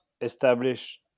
establish